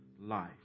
life